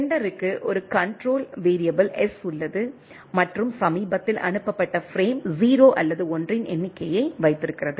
செண்டருக்கு ஒரு control variable S உள்ளது மற்றும் சமீபத்தில் அனுப்பப்பட்ட பிரேம் 0 அல்லது 1 இன் எண்ணிக்கையை வைத்திருக்கிறது